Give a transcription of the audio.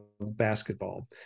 basketball